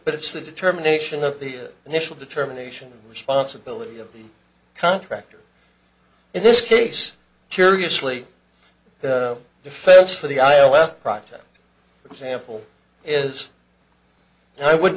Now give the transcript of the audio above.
but it's the determination of the initial determination responsibility of the contractor in this case curiously the face for the iowa project example is i would